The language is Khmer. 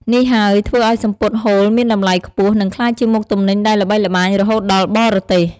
នេះហើយធ្វើឲ្យសំពត់ហូលមានតម្លៃខ្ពស់ និងក្លាយជាមុខទំនិញដែលល្បីល្បាញរហូតដល់បរទេស។